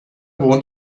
wohnt